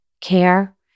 care